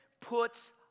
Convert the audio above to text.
puts